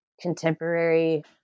contemporary